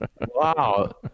Wow